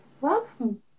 Welcome